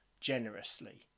generously